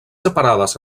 separades